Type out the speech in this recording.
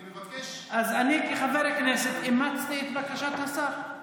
אני מבקש, אז אני כחבר הכנסת אימצתי את בקשת השר.